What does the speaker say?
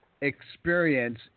experience